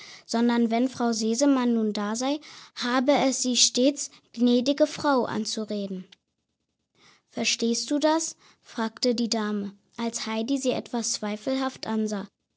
sondern wenn frau sesemann nun da sei habe es sie stets gnädige frau anzureden verstehst du das fragte die dame als heidi sie etwas zweifelhaft ansah